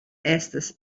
estas